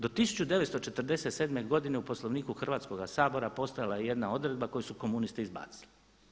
Do 1947. godine u Poslovniku Hrvatskoga sabora postojala je jedna odredba koju su komunisti izbacili.